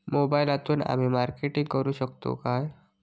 मोबाईलातसून आमी मार्केटिंग करूक शकतू काय?